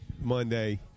Monday